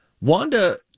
Wanda